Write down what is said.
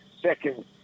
second